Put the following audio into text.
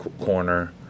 corner